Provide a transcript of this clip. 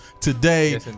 today